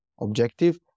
objective